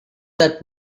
that